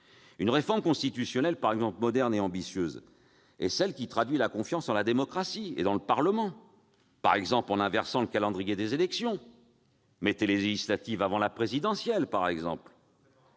Une réforme constitutionnelle moderne et ambitieuse est celle qui traduit la confiance dans la démocratie et le Parlement, par exemple en inversant le calendrier des élections. Mettez les législatives avant la présidentielle ! Ce